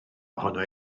ohono